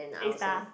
a star